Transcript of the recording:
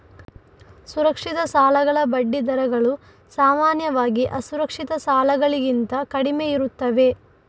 ಸುರಕ್ಷಿತ ಸಾಲಗಳ ಬಡ್ಡಿ ದರಗಳು ಸಾಮಾನ್ಯವಾಗಿ ಅಸುರಕ್ಷಿತ ಸಾಲಗಳಿಗಿಂತ ಕಡಿಮೆಯಿರುತ್ತವೆ